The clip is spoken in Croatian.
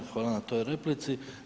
Hvala na toj replici.